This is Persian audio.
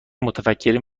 متفکرین